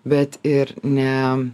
bet ir ne